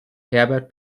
herbert